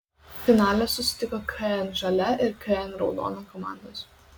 finale susitiko kn žalia ir kn raudona komandos